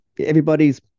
everybody's